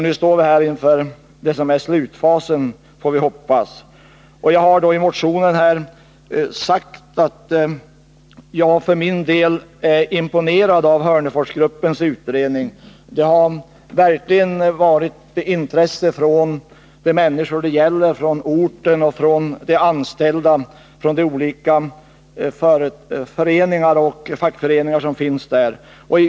Nu står vi här inför det som förhoppningsvis är slutfasen. I min motion har jag sagt att jag för min del är imponerad av Hörneforsgruppens utredning. Det har verkligen varit ett stort intresse hos de berörda människorna på orten och hos de föreningar och fackorgan som finns där.